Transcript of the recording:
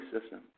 system